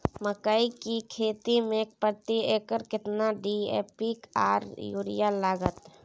मकई की खेती में प्रति एकर केतना डी.ए.पी आर यूरिया लागत?